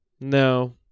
no